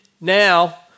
now